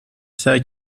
سعی